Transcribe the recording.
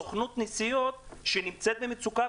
סוכנות נסיעות שנמצאת במצוקה,